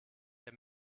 der